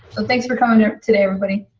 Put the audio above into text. so thanks for coming today, everybody.